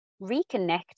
reconnect